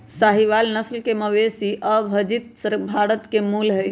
साहीवाल नस्ल के मवेशी अविभजित भारत के मूल हई